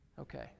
Okay